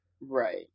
Right